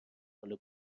حال